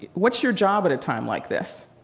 what's your job at a time like this?